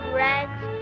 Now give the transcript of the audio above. rags